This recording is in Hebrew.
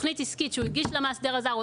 התכנית העסקית שהוא הגיש למאסדר הזר,